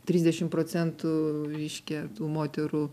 trisdešimt procentų reiškia tų moterų